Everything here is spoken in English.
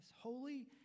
holy